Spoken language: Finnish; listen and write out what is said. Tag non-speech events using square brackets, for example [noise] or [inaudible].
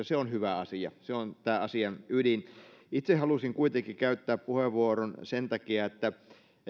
[unintelligible] se on hyvä asia se on tämä asian ydin itse halusin kuitenkin käyttää puheenvuoron sen takia että